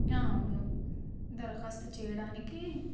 అవును దరఖాస్తు చేయడానికి